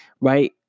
right